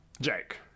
Jake